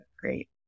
great